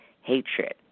hatred